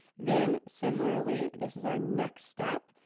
then, similarly, this is our next step.